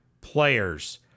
players